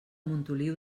montoliu